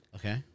Okay